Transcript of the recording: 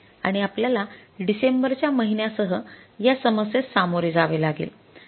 आणि आपल्याला डिसेंबरच्या महिन्यासह या समस्येस सामोरे जावे लागेल